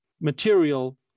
material